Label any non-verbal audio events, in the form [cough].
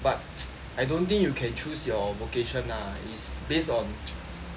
but [noise] I don't think you can choose your vocation lah is based on [noise]